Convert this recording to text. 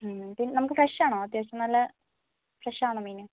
പിന്നെ നമുക്ക് ഫ്രഷ് ആണോ അത്യാവശ്യം നല്ല ഫ്രഷ് ആണോ മീന്